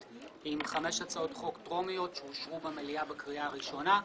עם חמש הצעות חוק טרומיות שאושרו במליאה בקריאה הראשונה.